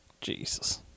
jesus